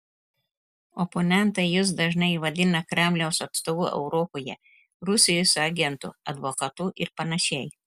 oponentai jus dažnai vadina kremliaus atstovu europoje rusijos agentu advokatu ir panašiai